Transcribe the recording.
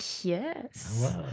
Yes